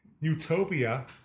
Utopia